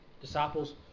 Disciples